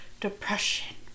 depression